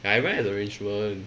ya I don't have arrangement